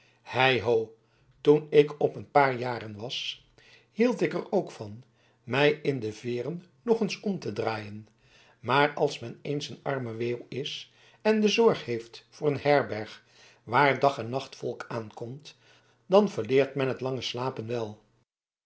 hei ho toen ik op haar jaren was hield ik er ook van mij in de veeren nog eens om te draaien maar als men eens een arme weeuw is en de zorg heeft voor een herberg waar dag en nacht volk aankomt dan verleert men het lange slapen wel